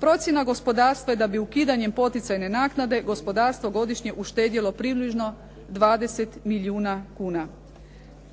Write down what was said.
Procjena gospodarstva je da bi ukidanjem poticajne naknade gospodarstvo godišnje uštedjelo približno 20 milijuna kuna.